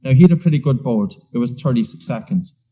ah he had a pretty good bolt. it was thirty six seconds,